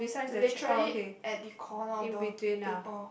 literally at the corner of the paper